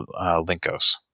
Linkos